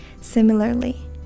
Similarly